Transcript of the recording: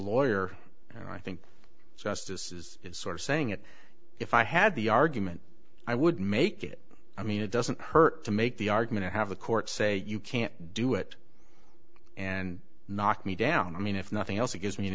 lawyer you know i think so justice is sort of saying it if i had the argument i would make it i mean it doesn't hurt to make the argument i have a court say you can't do it and knock me down i mean if nothing else it gives me an